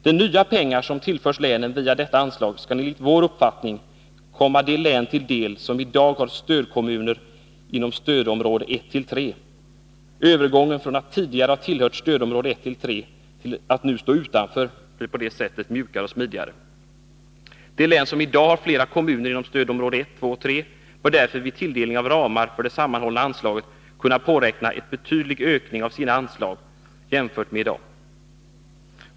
De nya pengar som tillförs länen via detta anslag skall enligt vår uppfattning komma de län till del som i dag har stödkommuner inom stödområde 1-3. Övergången från att tidigare ha tillhört stödområde 1-3 till att nu stå utanför blir på det sättet mjukare och smidigare. De län som i dag har flera kommuner inom stödområde 1, 2 och 3 bör därför vid tilldelningen av ramar för det sammanhållna anslaget kunna påräkna en betydande ökning av sina anslag jämfört med i dag.